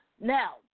Now